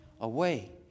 away